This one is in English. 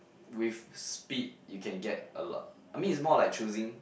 with speed you can get a lot I mean is more like choosing